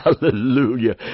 Hallelujah